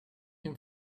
him